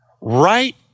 right